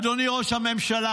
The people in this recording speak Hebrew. אדוני ראש הממשלה,